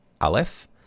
Aleph